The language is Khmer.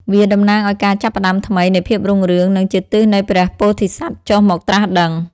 វាតំណាងឲ្យការចាប់ផ្តើមថ្មីនៃភាពរុងរឿង និងជាទិសនៃព្រះពោធិសត្វចុះមកត្រាស់ដឹង។